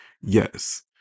yes